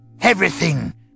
Everything